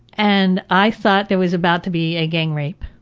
and, i thought there was about to be a gang rape.